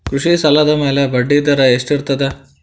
ಕೃಷಿ ಸಾಲದ ಮ್ಯಾಲೆ ಬಡ್ಡಿದರಾ ಎಷ್ಟ ಇರ್ತದ?